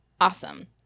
Awesome